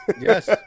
yes